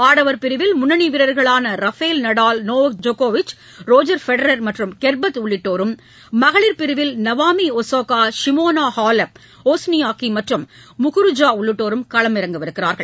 ஆடவர் பிரிவில் முன்னணி வீரர்களான ரஃபேல் நடால் நோவக் ஜோக்கோவிச் ரோஜர் ஃபெடரர் மற்றம் கெர்பர் உள்ளிட்டோரும் மகளிர் பிரிவில் Naomi Osaka Simona Halep Wozniacki மற்றும் முகுருஜா உள்ளிட்டோரும் களம் இறங்க உள்ளனர்